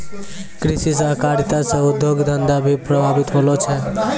कृषि सहकारिता से उद्योग धंधा भी प्रभावित होलो छै